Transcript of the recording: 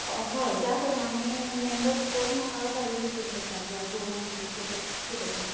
हय त्या प्रमाणे मेंबर्स पळोवन म्हाका गाडी बुकींक करपाक जाय दोन तीन कश्यो कितें तें